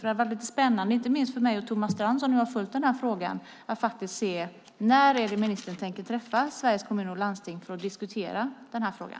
Det är lite spännande, inte minst för mig och Thomas Strand som har följt den här frågan. När tänker ministern träffa Sveriges Kommuner och Landsting för att diskutera den här frågan?